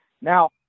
now